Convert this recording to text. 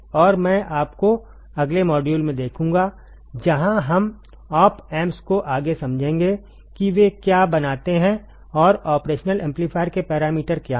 और मैं आपको अगले मॉड्यूल में देखूंगा जहां हम ऑप एम्प्स को आगे समझेंगे कि वे क्या बनाते हैं और ऑपरेशनल एम्पलीफायर के पैरामीटर क्या हैं